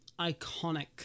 iconic